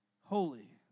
holy